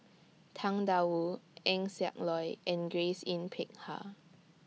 Tang DA Wu Eng Siak Loy and Grace Yin Peck Ha